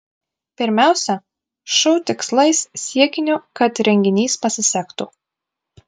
pirmiausia šou tikslais siekiniu kad renginys pasisektų